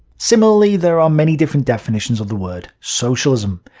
similarly, there are many different definitions of the word socialism,